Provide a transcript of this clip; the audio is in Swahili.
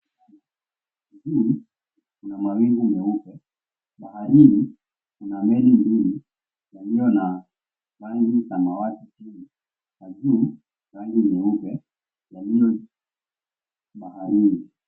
Juu kuna mawingu meupe, baharini kuna meli mbili zilizo na rangi samawati chini na juu rangi nyeupe ndani baharini.